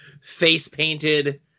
face-painted